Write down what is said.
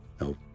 no